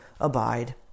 abide